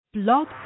Blog